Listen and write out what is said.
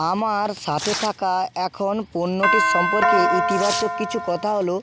আমার সাথে থাকা এখন পণ্যটির সম্পর্কে ইতিবাচক কিছু কথা হলো